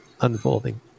unfolding